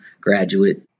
graduate